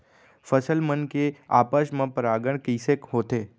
फसल मन के आपस मा परागण कइसे होथे?